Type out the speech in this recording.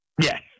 Yes